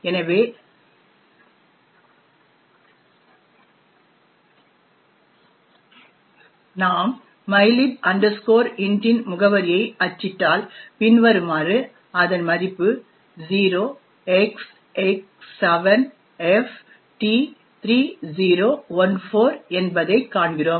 எனவே நான் mylib int இன் முகவரியை அச்சிட்டால் பின்வருமாறு அதன் மதிப்பு 0xX7FT3014 என்பதைக் காண்கிறோம்